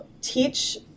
teach